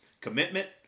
commitment